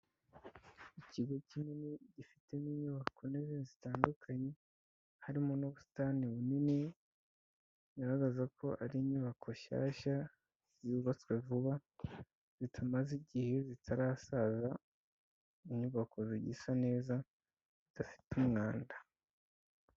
Ikigo kinini gifitemo inyubako nini zitandukanye, harimo n'ubusitani bunini, bugaragaza ko ari inyubako nshyashya zubatswe vuba, zitamaze igihe, zitarasaza, inyubako zigisa neza, zidafite umwanda.